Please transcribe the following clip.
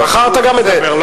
מחר אתה גם מדבר,